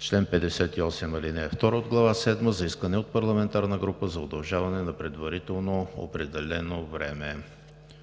чл. 58, ал. 2 от Глава седма за искане от парламентарна група за удължаване на предварително определено време.